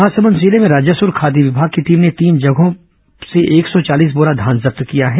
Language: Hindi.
महासमुद जिले में राजस्व और खाद्य विभाग की टीम ने तीन जगहों से एक सौ चालीस बोरा धान जब्त किया है